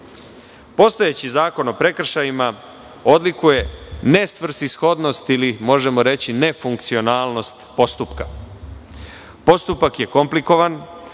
Postojeći zakon o prekršajima odlikuje nesvrsishodnost ili, možemo reći, nefunkcionalnost postupka. Postupak je komplikovan,